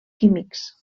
químics